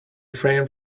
refrain